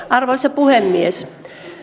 arvoisa puhemies